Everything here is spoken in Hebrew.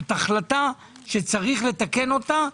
זאת החלטה שצריך לתקן אותה.